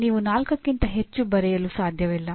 ನೀವು ನಾಲ್ಕಕ್ಕಿಂತ ಹೆಚ್ಚು ಬರೆಯಲು ಸಾಧ್ಯವಿಲ್ಲ